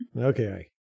Okay